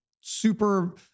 super